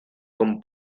con